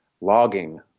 logging